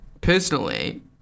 personally